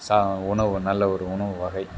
சா உணவு நல்லவொரு உணவு வகை